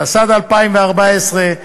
התשע"ד 2014,